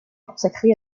consacré